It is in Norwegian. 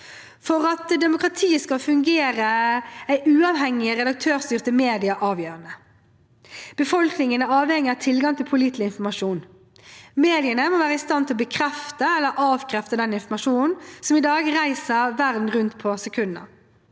For at demokratiet skal fungere, er uavhengige redaktørstyrte medier avgjørende. Befolkningen er avhengig av tilgang til pålitelig informasjon. Mediene må være i stand til å bekrefte eller avkrefte den informasjonen som i dag reiser verden rundt på sekunder.